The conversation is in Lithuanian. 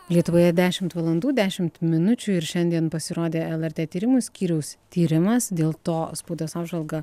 lietuvoje dešimt valandų dešimt minučių ir šiandien pasirodė lrt tyrimų skyriaus tyrimas dėl to spaudos apžvalgą